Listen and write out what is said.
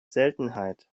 seltenheit